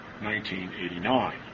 1989